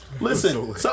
Listen